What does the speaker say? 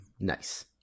Nice